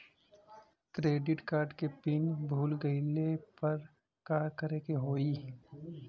Credit card के PIN भूल गईला पर का करे के होई?